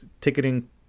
ticketing